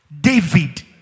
David